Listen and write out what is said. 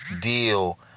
deal